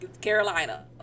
Carolina